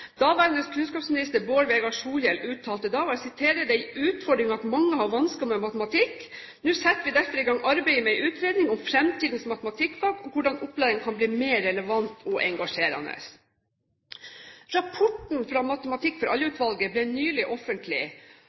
Daværende kunnskapsminister Bård Vegar Solhjell uttalte da: «Det er en utfordring at mange har vansker med matematikk. Nå setter vi derfor i gang arbeidet med en utredning om fremtidens matematikkfag og hvordan opplæringen kan bli mer relevant og engasjerende.» Rapporten fra Matematikk for alle-utvalget ble nylig offentlig.